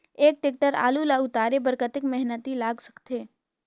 एक टेक्टर आलू ल उतारे बर कतेक मेहनती लाग सकथे?